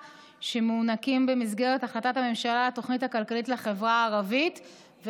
שמוענקים במסגרת החלטת הממשלה לתוכנית הכלכלית לחברה הערבית,